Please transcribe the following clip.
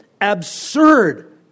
absurd